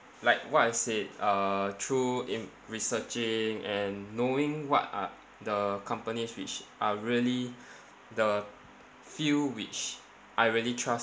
like what I said uh through in~ researching and knowing what are the companies which are really the few which I really trust